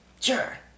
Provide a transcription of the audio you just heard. sure